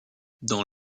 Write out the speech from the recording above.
dans